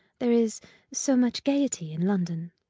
there is so much gaiety in london.